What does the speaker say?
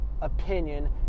opinion